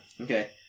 okay